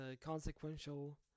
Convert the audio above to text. consequential